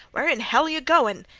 where in hell yeh goin'?